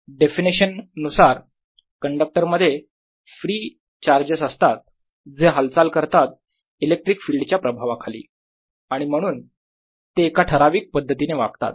definition नुसार conductor मध्ये free charges असतात जे हालचाल करतात इलेक्ट्रिक फील्ड च्या प्रभावाखाली आणि म्हणून ते एका ठराविक पद्धतीने वागतात